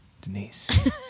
Denise